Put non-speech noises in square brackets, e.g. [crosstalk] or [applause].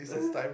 [laughs]